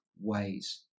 ways